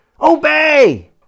Obey